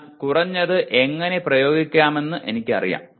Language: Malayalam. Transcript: എന്നാൽ കുറഞ്ഞത് എങ്ങനെ പ്രയോഗിക്കാമെന്ന് എനിക്ക് അറിയാം